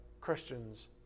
Christians